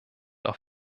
auf